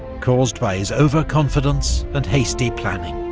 caused by his overconfidence and hasty planning.